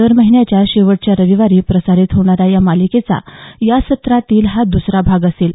दर महिन्याच्या शेवटच्या रविवारी प्रसारित होणाऱ्या या मालिकेचा या सत्रातील हा दुसरा भाग असेल